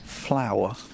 flour